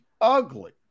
ugly